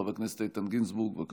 חבר הכנסת איתן גינזבורג, בבקשה.